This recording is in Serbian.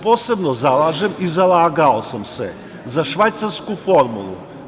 Posebno se zalažem i zalagao sam se za švajcarsku formulu.